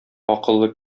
акыллы